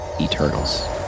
Eternals